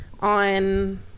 on